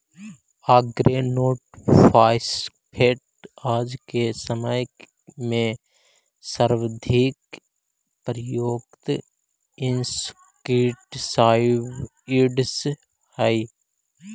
organophosphate आज के समय में सर्वाधिक प्रयुक्त इंसेक्टिसाइट्स् हई